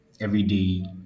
everyday